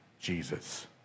Jesus